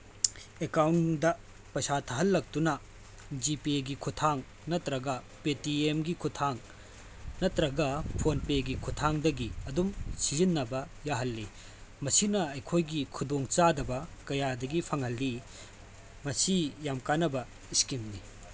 ꯑꯦꯀꯥꯎꯟꯗ ꯄꯩꯁꯥ ꯊꯥꯍꯜꯂꯛꯇꯨꯅ ꯖꯤ ꯄꯦꯒꯤ ꯈꯨꯠꯊꯥꯡ ꯅꯠꯇꯔꯒ ꯄꯦ ꯇꯦꯝꯒꯤ ꯈꯨꯠꯊꯥꯡ ꯅꯠꯇꯔꯒ ꯐꯣꯟ ꯄꯦꯒꯤ ꯈꯨꯠꯊꯥꯡꯗꯒꯤ ꯑꯗꯨꯝ ꯁꯤꯖꯤꯟꯅꯕ ꯌꯥꯍꯜꯂꯤ ꯃꯁꯤꯅ ꯑꯩꯈꯣꯏꯒꯤ ꯈꯨꯗꯣꯡ ꯆꯥꯗꯕ ꯀꯌꯥꯗꯒꯤ ꯐꯍꯜꯂꯤ ꯃꯁꯤ ꯌꯥꯝ ꯀꯥꯟꯅꯕ ꯏꯁꯀꯤꯝꯅꯤ